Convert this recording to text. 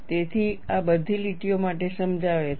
તેથી આ બધી લીટીઓ માટે સમજાવે છે